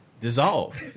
dissolve